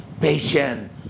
patient